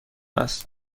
هست